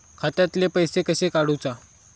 खात्यातले पैसे कशे काडूचा?